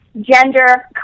gender